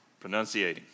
pronunciating